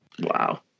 Wow